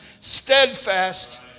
steadfast